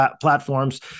platforms